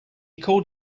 called